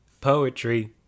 poetry